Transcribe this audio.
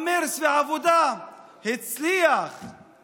גם את מרצ והעבודה הוא הצליח לפרק.